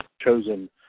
chosen